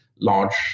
large